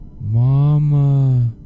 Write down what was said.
Mama